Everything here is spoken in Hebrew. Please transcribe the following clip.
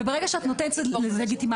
וברגע שאת נותנת לזה לגיטימציה,